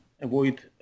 avoid